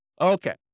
Okay